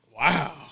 Wow